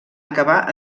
acabar